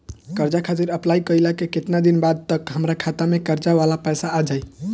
कर्जा खातिर अप्लाई कईला के केतना दिन बाद तक हमरा खाता मे कर्जा वाला पैसा आ जायी?